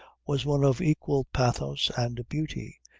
was one of equal pathos and beauty.